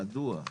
מדוע?